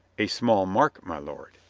a small mark, my lord.